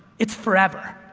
it's forever,